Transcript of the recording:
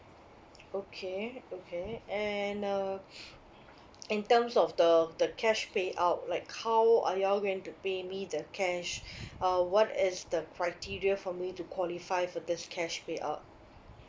okay okay and uh in terms of the the cash payout like how are you all going to pay me the cash uh what is the criteria for me to qualify for this cash payout